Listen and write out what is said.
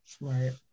Right